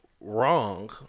Wrong